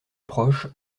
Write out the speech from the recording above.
proches